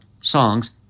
songs